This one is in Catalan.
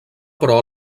però